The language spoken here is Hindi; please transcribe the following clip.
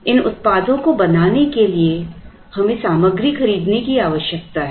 इन उत्पादों को बनाने के लिए हमें सामग्री खरीदने की आवश्यकता है